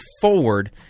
forward